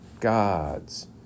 God's